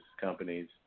companies